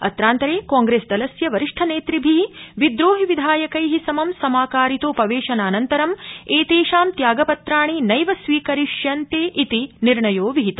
अत्रान्तरे कांग्रेस दलस्य वरिष्ठ नेतृभि विद्रोहि विधायकै समं समाकारितोपवेशनानन्तरं एतेषां त्यागपत्राणि नैव स्वीकरिष्यन्तेइति निर्णयो विहित